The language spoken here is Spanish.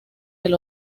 del